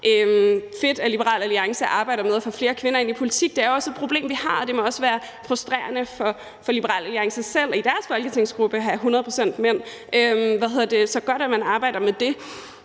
fedt, at Liberal Alliance arbejder med at få flere kvinder ind i politik. Det er også et problem, vi har, og det må også være frustrerende for Liberal Alliance selv at have 100 pct. mænd i deres folketingsgruppe. Så det er godt, at man arbejder med det.